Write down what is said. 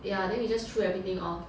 ya then we just throw everything off